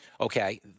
okay